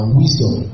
wisdom